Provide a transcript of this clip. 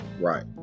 right